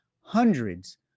hundreds